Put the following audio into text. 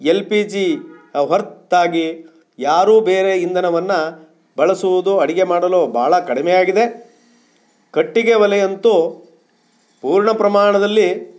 L P G ಹೊರತಾಗಿ ಯಾರೂ ಬೇರೆ ಇಂಧನವನ್ನು ಬಳಸುವುದು ಅಡಿಗೆ ಮಾಡಲು ಭಾಳ ಕಡಿಮೆಯಾಗಿದೆ ಕಟ್ಟಿಗೆ ಒಲೆಯಂತೂ ಪೂರ್ಣ ಪ್ರಮಾಣದಲ್ಲಿ